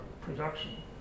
production